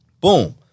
Boom